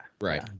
right